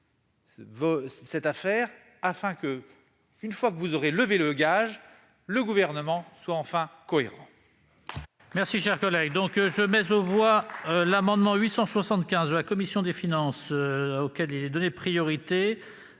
cette affaire pour que, une fois que vous aurez levé le gage, le Gouvernement soit enfin cohérent